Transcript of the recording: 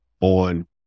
on